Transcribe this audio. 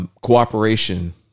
Cooperation